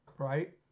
Right